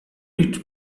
its